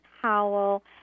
Howell